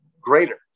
greater